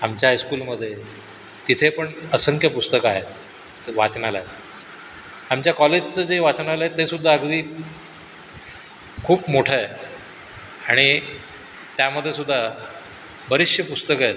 आमच्या हायस्कूलमध्ये तिथे पण असंख्य पुस्तकं आहेत त वाचनालयात आमच्या कॉलेजचं जे वाचनालय तेसुद्धा अगदी खूप मोठं आहे आणि त्यामध्येसुद्धा बरीचशी पुस्तकं आहेत